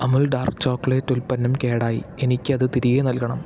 Amul dark chocolate ഉൽപ്പന്നം കേടായി എനിക്കത് തിരികെ നൽകണം